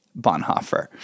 Bonhoeffer